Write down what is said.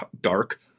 dark